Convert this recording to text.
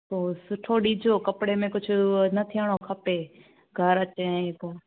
पोइ सुठो ॾिजो कपिड़े में कुझु न थियणो खपे घर अचे पोइ